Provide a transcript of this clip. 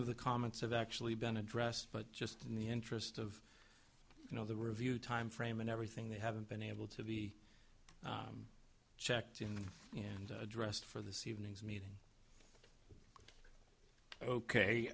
of the comments have actually been addressed but just in the interest of you know the review timeframe and everything they haven't been able to be checked in and addressed for the c evenings meeting ok